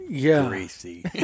greasy